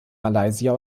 malaysia